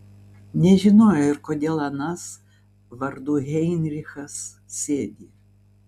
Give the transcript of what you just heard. nežinojo ir kodėl anas vardu heinrichas sėdi